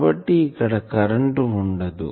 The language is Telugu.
కాబట్టి ఇక్కడ కరెంటు ఉండదు